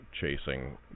chasing